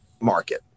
market